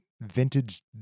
vintage